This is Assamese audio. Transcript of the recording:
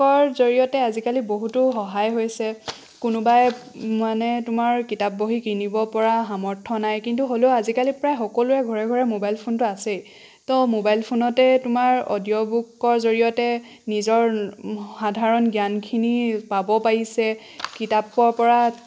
কৰ জৰিয়তে আজিকালি বহুতো সহায় হৈছে কোনোবাই মানে তোমাৰ কিতাপ বহী কিনিব পৰা সামৰ্থ্য নাই কিন্তু হ'লেও আজিকালি প্ৰায় সকলোৰে ঘৰে ঘৰে মোবাইল ফোনটো আছেই তো মোবাইল ফোনতে তোমাৰ অডিঅ' বুকৰ জৰিয়তে নিজৰ সাধাৰণ জ্ঞানখিনি পাব পাৰিছে কিতাপৰ পৰা